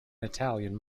italian